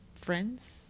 friends